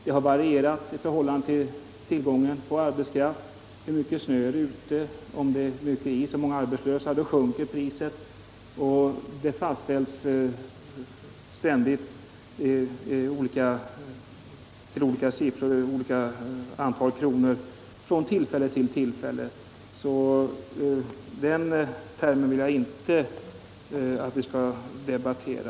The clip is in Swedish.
Det har varierat i förhållande till tillgången på arbetskraft och hur mycket snö det har varit ute. Om det är mycket is och många arbetslösa sjunker priset. Det fastställs ständigt till olika antal kronor från tillfälle till tillfälle. Termen arbetsköpare tycker jag alltså inte att vi skall debattera.